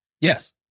Yes